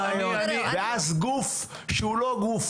ואז גוף שהוא לא גוף